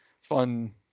fun